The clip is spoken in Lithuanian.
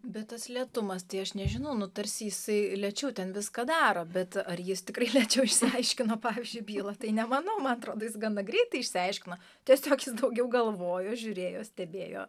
bet tas lėtumas tai aš nežinau nu tarsi jisai lėčiau ten viską daro bet ar jis tikrai lėčiau išsiaiškino pavyzdžiui bylą tai nemanau man atrodo jis gana greitai išsiaiškino tiesiog jis daugiau galvojo žiūrėjo stebėjo